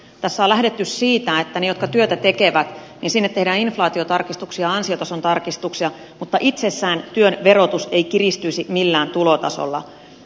tässä on lähdetty siitä että niille jotka työtä tekevät tehdään inflaatiotarkistuksia ja ansiotason tarkistuksia mutta itsessään työn verotus ei kiristyisi millään tulotasolla